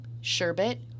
sherbet